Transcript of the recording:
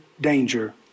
danger